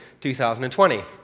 2020